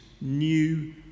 new